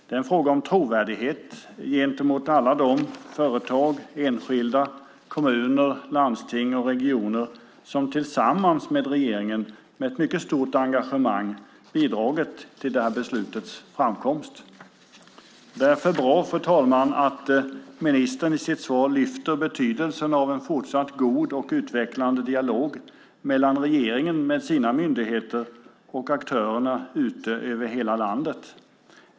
Det är en fråga om trovärdighet gentemot alla dem - företag, enskilda, kommuner, landsting och regioner - som tillsammans med regeringen med ett mycket stort engagemang bidragit till beslutets framkomst. Därför är det bra, fru talman, att ministern i sitt svar lyfter fram betydelsen av en fortsatt god och utvecklande dialog mellan regeringen med sina myndigheter och aktörerna ute över hela landet.